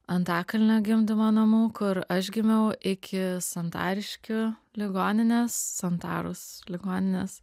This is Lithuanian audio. antakalnio gimdymo namų kur aš gimiau iki santariškių ligoninės santaros ligoninės